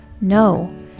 No